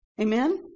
Amen